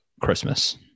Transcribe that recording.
Christmas